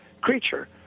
creature